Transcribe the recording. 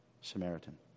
Samaritan